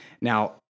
Now